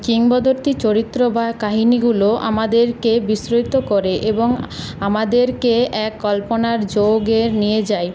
কিংবদন্তির চরিত্র বা কাহিনিগুলো আমাদেরকে বিস্মৃত করে এবং আমাদেরকে এক কল্পনার যোগে নিয়ে যায়